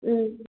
ꯎꯝ